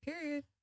Period